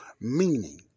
meaning